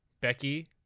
Becky